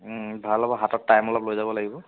ভাল হ'ব হাতত টাইম অলপ লৈ যাব লাগিব